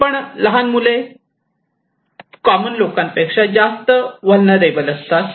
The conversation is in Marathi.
पण मुलं लहान मुले कॉमन लोकांपेक्षा जास्त व्हेलनेराबल असतात